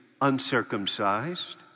uncircumcised